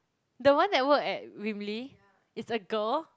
the one that work at Wimbly is a girl